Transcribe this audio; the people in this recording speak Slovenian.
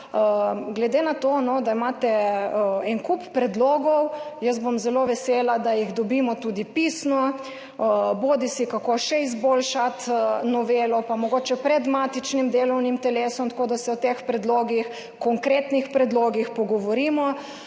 Glede na to, da imate en kup predlogov, jaz bom zelo vesela, da jih dobimo tudi pisno, bodisi kako še izboljšati novelo, pa mogoče pred matičnim delovnim telesom, tako da se pogovorimo o teh konkretnih predlogih.